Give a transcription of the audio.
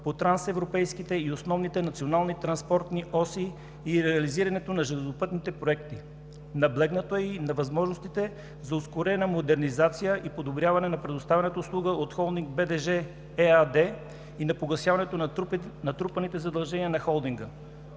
по Трансевропейските и основните национални транспортни оси и реализирането на железопътните проекти. Наблегнато е и на възможностите за ускорена модернизация и подобряване на предоставената услуга от „Холдинг БДЖ“ ЕАД, както и на погасяването на натрупаните задължения на Холдинга.